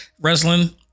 wrestling